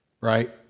Right